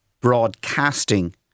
broadcasting